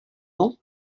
nhw